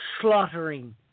slaughtering